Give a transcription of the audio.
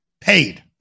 paid